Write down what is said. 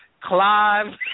Clive